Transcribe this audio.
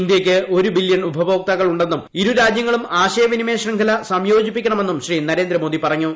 ഇന്ത്യയ്ക്ക് ഒരു ബില്ല്യൺ ഉപഭോക്താക്കൾ ഉണ്ടെന്നും ഇരു രാജ്യങ്ങളും ആശയവിനിമയ ശൃംഖല സംയോജിപ്പിക്കണമെന്നും ശ്രീ നരേന്ദ്രമോദി പറഞ്ഞു